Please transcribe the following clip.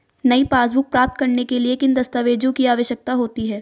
नई पासबुक प्राप्त करने के लिए किन दस्तावेज़ों की आवश्यकता होती है?